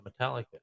metallica